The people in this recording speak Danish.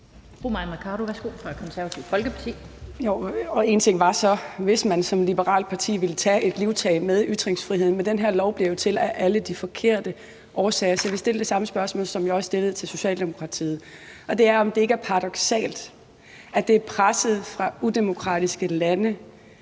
En ting var så, hvis man som liberalt parti ville tage et livtag med ytringsfriheden, men den her lov bliver jo til af alle de forkerte årsager. Så jeg vil stille det samme spørgsmål, som jeg stillede Socialdemokratiet, altså om det ikke er paradoksalt, at det er presset fra udemokratiske lande,